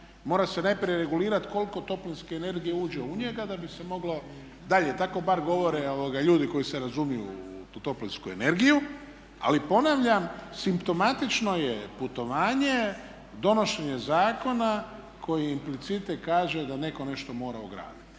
mora se najprije regulirati koliko toplinske energije uđe u njega da bi se moglo dalje. Tako bar govore ljudi koji se razumiju u toplinsku energiju, ali ponavljam simptomatično je putovanje, donošenje zakona koji implicite kaže da netko nešto mora ugraditi.